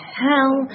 hell